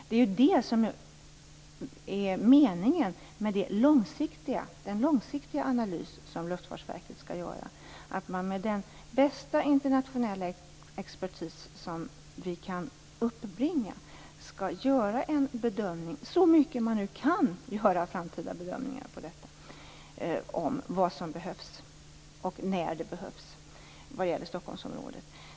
Det är det som är meningen med den långsiktiga analys som Luftfartsverket skall göra. Med hjälp av den bästa internationella expertis som vi kan uppbringa skall man göra en bedömning, så gott man nu kan göra framtida bedömningar om detta, om vad som behövs och när det behövs vad det gäller Stockholmsområdet.